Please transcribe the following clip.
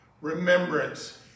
remembrance